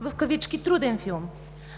за „труден филм”.